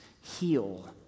heal